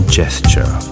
gesture